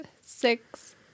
six